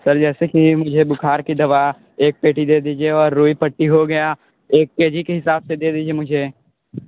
sir जैसे कि मुझे बुखार की दवा एक पेटी दे दीजिए और रुई पट्टी हो गया एक के जी के हिसाब से दे दीजिए मुझे